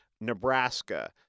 Nebraska